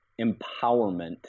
empowerment